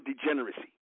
degeneracy